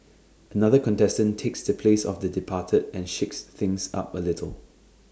another contestant takes the place of the departed and shakes things up A little